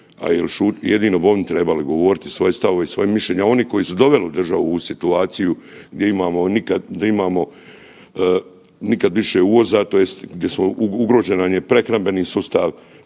a jedino bi oni trebali govoriti svoje stavove i svoja mišljenja, oni koji su doveli državu u ovu situaciju gdje imamo nikad više uvoza, tj. gdje smo ugrožen je prehrambeni sustav,